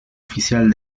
oficial